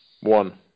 One